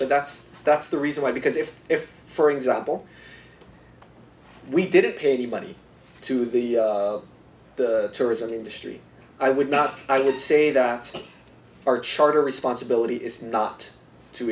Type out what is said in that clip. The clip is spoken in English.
but that's that's the reason why because if if for example we didn't pay the money to the tourism industry i would not i would say that our charter responsibility is not to